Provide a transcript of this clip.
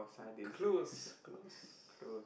close close